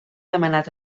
demanat